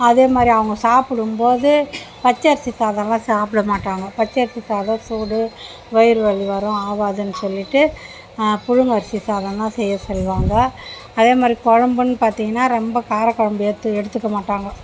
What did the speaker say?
அதே மாதிரி அவங்க சாப்பிடும் போது பச்சை அரிசி சாதல்லாம் சாப்பிடமாட்டாங்க பச்சை அரிசி சாதம் சூடு வயிறு வலி வரும் ஆவாதுன்னு சொல்லிவிட்டு புளுங்க அரிசி சாதம் தான் செய்ய சொல்லுவாங்க அதே மாதிரி குழம்புன்னு பார்த்திங்கன்னா ரொம்ப கார குழம்பு எடுத்து எடுத்துக்கமாட்டாங்க